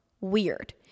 weird